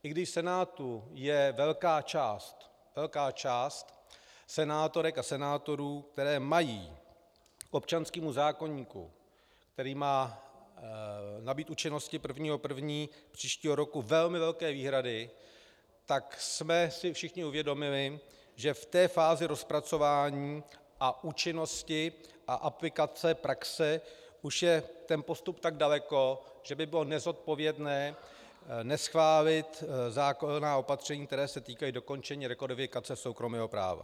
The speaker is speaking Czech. I když v Senátu je velká část velká část senátorek a senátorů, kteří mají k občanskému zákoníku, který má nabýt účinnosti 1. 1. příštího roku, velmi velké výhrady, tak jsme si všichni uvědomili, že ve fázi rozpracování, účinnosti a aplikace v praxi je postup už tak daleko, že by bylo nezodpovědné neschválit zákonná opatření, která se týkají dokončení rekodifikace soukromého práva.